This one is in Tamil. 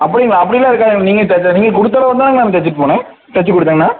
அப்படிங்களா அப்ப யெடிலாம் இருக்காதேங்க நீங்கள் த த நீங்கள் கொடுத்தளவுல தான் தச்சுட்டு போனேன் தச்சுக் கொடுத்தேங்கண்ணா